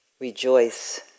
Rejoice